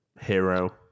hero